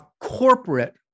corporate